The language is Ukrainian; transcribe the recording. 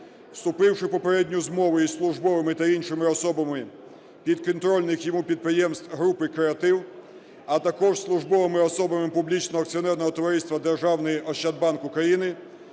вступивши в попередню змову із службовими та іншими особами підконтрольних йому підприємств групи "Креатив", а також службовими особами публічного акціонерного товариства "Державний ощадбанк України"